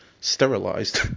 sterilized